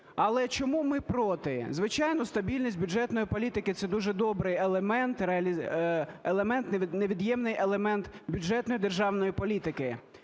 Але чому ми проти? Звичайно, стабільність бюджетної політики – це дуже добрий елемент… елемент… невід'ємний елемент бюджетної державної політики.